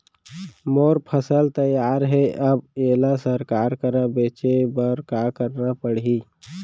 मोर फसल तैयार हे अब येला सरकार करा बेचे बर का करना पड़ही?